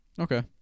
Okay